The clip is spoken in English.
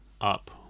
up